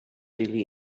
really